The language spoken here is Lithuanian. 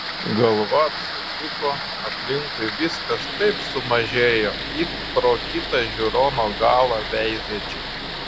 galva apsisuko aplinkui viskas taip sumažėjo it pro kitą žiūrono galą veizėčiau